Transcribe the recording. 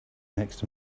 next